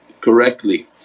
correctly